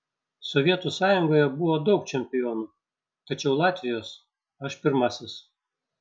sovietų sąjungoje buvo daug čempionų tačiau latvijos aš pirmasis